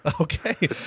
Okay